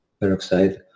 peroxide